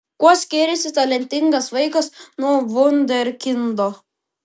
kuo skiriasi talentingas vaikas nuo vunderkindo